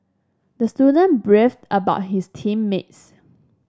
the student beefed about his team mates